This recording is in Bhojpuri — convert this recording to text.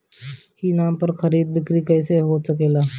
ई नाम पर खरीद बिक्री कैसे हो सकेला?